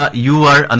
ah you are and